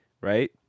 right